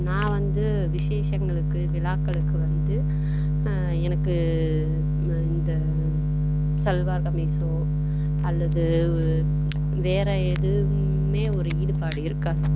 நான் வந்து விசேஷங்களுக்கு விழாக்களுக்கு வந்து எனக்கு இந்த சல்வார் கம்மீஸோ அல்லது வேறு எதுவுமே ஒரு ஈடுபாடு இருக்காது